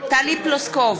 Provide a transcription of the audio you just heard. טלי פלוסקוב,